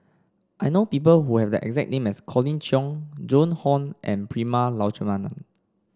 I know people who have the exact name as Colin Cheong Joan Hon and Prema Letchumanan